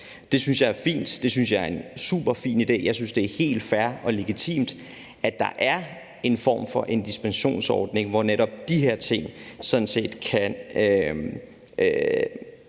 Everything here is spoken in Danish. Det synes jeg er fint. Det synes jeg er en superfin idé. Jeg synes, det er helt fair og legitimt, at der er en form for dispensationsordning, hvor netop de her ting kan